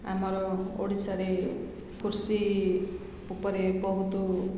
ଆମର ଓଡ଼ିଶାରେ କୃଷି ଉପରେ ବହୁତ